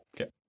Okay